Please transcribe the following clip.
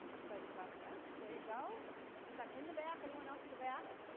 excited about that. there you go. thank you. since i'm in the back anyone else in the back?